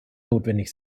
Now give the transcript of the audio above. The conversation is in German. notwendig